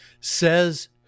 Says